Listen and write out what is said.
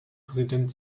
präsident